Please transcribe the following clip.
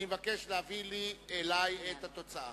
אני מבקש להביא אלי את התוצאה.